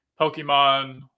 pokemon